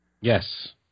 yes